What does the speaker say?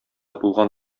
булган